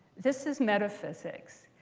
this is metaphysics.